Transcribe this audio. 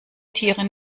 tiere